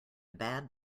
bad